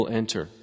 enter